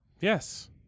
yes